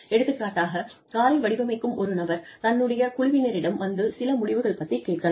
எடுத்துக்காட்டாக காரை வடிவமைக்கும் ஒரு நபர் தன்னுடைய குழுவினரிடம் வந்து சில முடிவுகள் பத்தி கேட்கலாம்